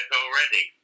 already